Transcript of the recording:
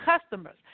customers